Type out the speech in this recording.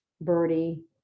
birdie